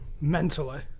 mentally